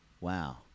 wow